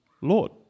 Lord